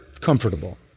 comfortable